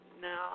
no